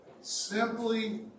simply